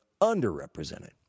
underrepresented